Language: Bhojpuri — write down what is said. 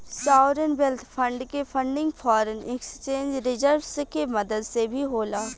सॉवरेन वेल्थ फंड के फंडिंग फॉरेन एक्सचेंज रिजर्व्स के मदद से भी होला